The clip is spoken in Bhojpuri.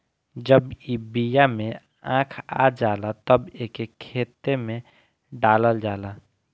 जब ई बिया में आँख आ जाला तब एके खेते में डालल जाला